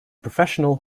professional